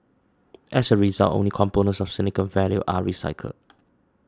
as a result only components of significant value are recycled